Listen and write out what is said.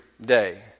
day